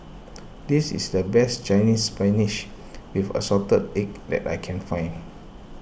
this is the best Chinese Spinach with Assorted Egg that I can find